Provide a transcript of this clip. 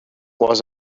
was